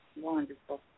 Wonderful